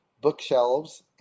bookshelves